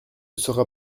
sera